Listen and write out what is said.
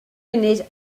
munud